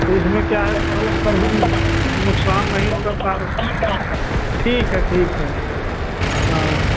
तो उसमें क्या है मतलब कभी नुकसान नहीं होगा तार का ठीक है ठीक है हाँ